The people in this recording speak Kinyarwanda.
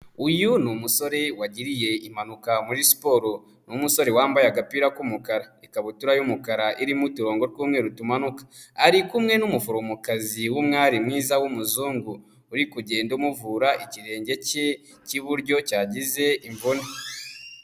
Uyu ni umusore wagiriye impanuka muri siporo, ni umusore wambaye agapira k'umukara, ikabutura y'umukara irimo uturongo tw'umweru tumanuka, ari kumwe n'umuforomokazi w'umwari mwiza w'umuzungu uri kugenda umuvura ikirenge cye cy'iburyo cyagize imvune.